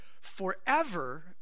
forever